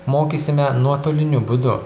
mokysime nuotoliniu būdu